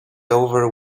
over